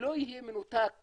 לא יהיה מנותק